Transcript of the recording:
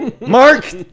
Mark